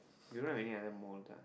you don't have any other mole ah